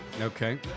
Okay